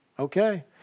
okay